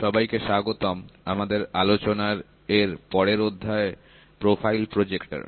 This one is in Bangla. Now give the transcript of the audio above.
সবাইকে স্বাগতম আমাদের আলোচনার এর পরের অধ্যায় প্রোফাইল প্রজেক্টর